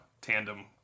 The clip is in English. tandem